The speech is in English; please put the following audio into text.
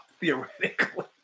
theoretically